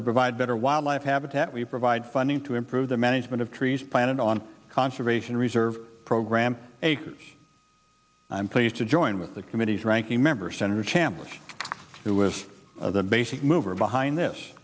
to provide better wildlife habitat we provide funding to improve the management of trees planted on conservation reserve program acres i'm pleased to join with the committee's ranking member senator chambliss who was the basic mover behind this